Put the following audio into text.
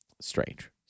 strange